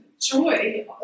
joy